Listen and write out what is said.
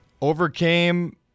Overcame